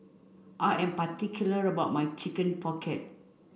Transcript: I am particular about my chicken pocket